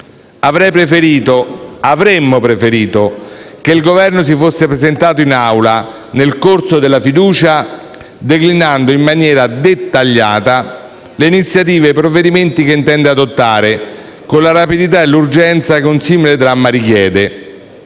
Avrei preferito, avremmo preferito che il Governo si fosse presentato in Aula, nel corso della fiducia, declinando in maniera dettagliata le iniziative e i provvedimenti che intende adottare, con la rapidità e l'urgenza che un simile dramma richiede.